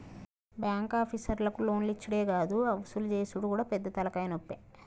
బాంకాపీసర్లకు లోన్లిచ్చుడే గాదు వసూలు జేసుడు గూడా పెద్ద తల్కాయనొప్పి